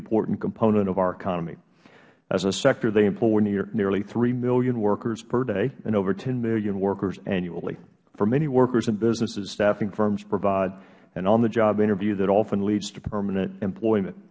important component of our economy as a sector they employ nearly three million workers per day and over ten million workers annually for many workers and businesses staffing firms provide an on the job interview that often leads to permanent employment